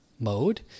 mode